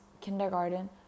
kindergarten